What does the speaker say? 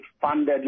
funded